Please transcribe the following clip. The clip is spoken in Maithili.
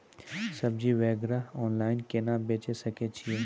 सब्जी वगैरह ऑनलाइन केना बेचे सकय छियै?